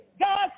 God